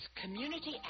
community